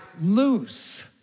loose